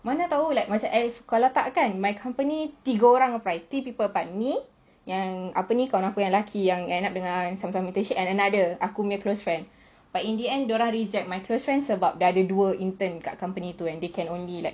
mana tahu like macam kalau tak kan my company tiga orang apply three people apply me and apa ni kawan aku yang lelaki yang end up dengan sama-sama internship and another aku punya close friend but in the end dorang reject my close friend sebab ada dua intern kat company tu and dorang can only like